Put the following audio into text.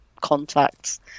contacts